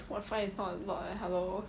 what fine it's not a lot leh hello